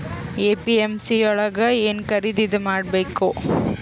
APMC ಯೊಳಗ ಏನ್ ಖರೀದಿದ ಮಾಡ್ಬೇಕು?